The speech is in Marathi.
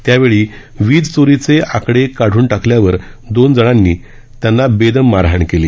त्यावेळी वीज चोरीचे आकडे काढून टाकल्यावर दोघानी त्यांना बेदम मारहाण केली